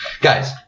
guys